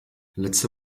letzte